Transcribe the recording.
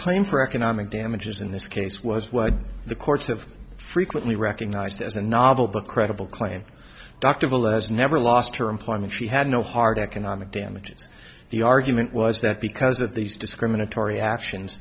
claim for economic damages in this case was what the courts have frequently recognized as a novel but credible claim dr velez never lost her employment she had no hard economic damages the argument was that because of these discriminatory actions